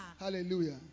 hallelujah